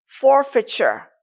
forfeiture